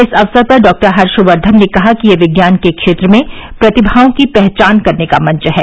इस अवसर पर डॉक्टर हर्षक्धन ने कहा कि यह विज्ञान के क्षेत्र में प्रतिमाओं की पहचान करने का मंच है